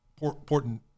important